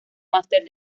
máster